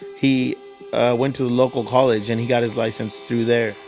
he went to the local college and he got his license through there.